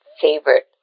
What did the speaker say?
favorite